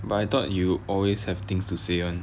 but I thought you always have things to say [one]